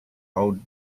old